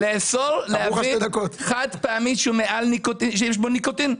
לאסור להביא חד פעמי שיש בו ניקוטין.